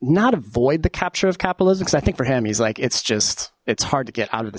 not avoid the capture of capitol is because i think for him he's like it's just it's hard to get out of this